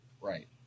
right